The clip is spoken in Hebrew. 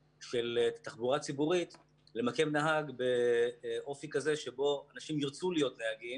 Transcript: תחבורה ציבורית למקם נהג באופי כזה שבו אנשים ירצו להיות נהגים